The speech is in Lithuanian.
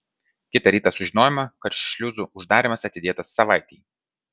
kitą rytą sužinojome kad šliuzų uždarymas atidėtas savaitei